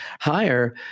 higher